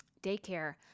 daycare